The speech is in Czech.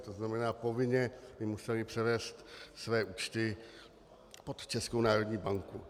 To znamená, povinně by musely převést své účty pod Českou národní banku.